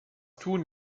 tun